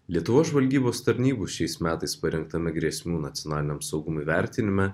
lietuvos žvalgybos tarnybų šiais metais parengtame grėsmių nacionaliniam saugumui vertinime